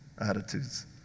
attitudes